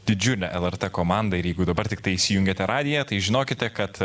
didžiule lrt komanda ir jeigu dabar tiktai įsijungėte radiją tai žinokite kad